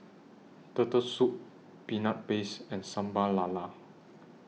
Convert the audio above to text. Turtle Soup Peanut Paste and Sambal Lala